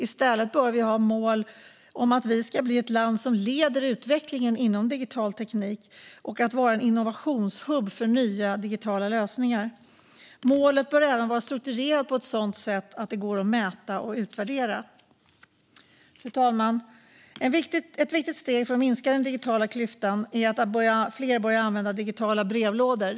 I stället bör vi ha mål om att vi ska bli ett land som leder utvecklingen inom digital teknik och är en innovationshubb för nya digitala lösningar. Målet bör även vara strukturerat på ett sådant sätt att det går att mäta och utvärdera. Fru talman! Ett viktigt steg för att minska den digitala klyftan är att fler börjar använda digitala brevlådor.